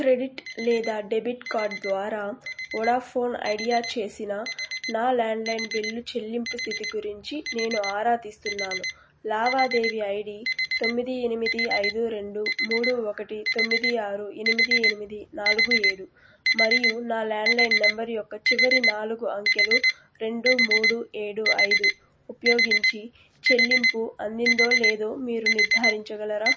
credit లేదా debit card ద్వారా Vodafone Idea చేసిన నా ల్యాండ్లైన్ బిల్లు చెల్లింపు స్థితి గురించి నేను ఆరాతీస్తున్నాను లావాదేవీ ఐడి తొమ్మిది ఎనిమిది ఐదు రెండు మూడు ఒకటి తొమ్మిది ఆరు ఎనిమిది ఎనిమిది నాలుగు ఏడు మరియు నా ల్యాండ్లైన్ నెంబర్ యొక్క చివరి నాలుగు అంకెలు రెండు మూడు ఏడు ఐదు ఉపయోగించి చెల్లింపు అందిందో లేదో మీరు నిర్ధారించగలరా